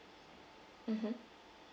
mmhmm